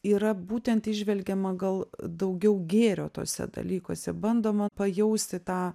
yra būtent įžvelgiama gal daugiau gėrio tuose dalykuose bandoma pajausti tą